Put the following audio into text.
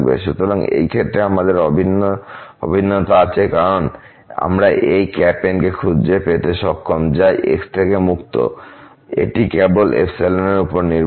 সুতরাং এই ক্ষেত্রে আমাদের অভিন্ন অভিন্নতা আছে কারণ আমরা এই N কে খুঁজে পেতে সক্ষম যা x থেকে মুক্ত এটি কেবল এর উপর নির্ভর করে